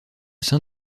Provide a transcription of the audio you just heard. sein